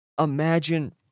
Imagine